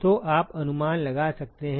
तो आप अनुमान लगा सकते हैं